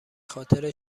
خاطر